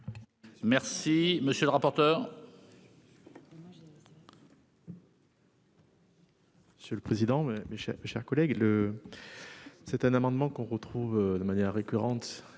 Merci monsieur le rapporteur.